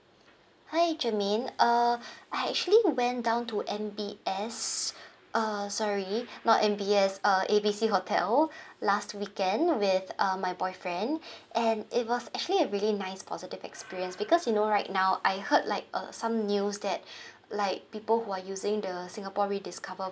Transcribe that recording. hi germaine uh I actually went down to M_B_S err sorry not M_B_S uh A B C hotel last weekend with uh my boyfriend and it was actually a really nice positive experience because you know right now I heard like uh some news that like people who are using the singapore rediscover